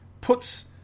Puts